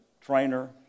trainer